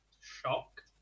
Shock